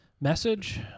message